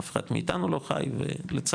אף אחד מאיתנו לא חי ולצערי,